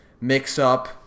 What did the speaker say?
mix-up